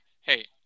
hey